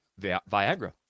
Viagra